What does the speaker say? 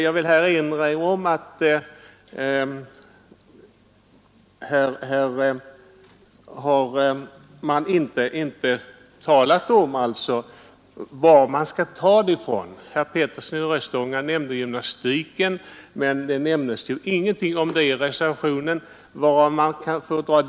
Man har inte talat om vad man skall ta ifrån. Herr Petersson i Röstånga nämnde gymnastiken, men det sägs ingenting om detta i reservationen.